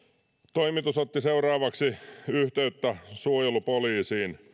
toimitus otti seuraavaksi yhteyttä suojelupoliisiin